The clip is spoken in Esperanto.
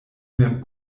mem